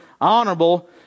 honorable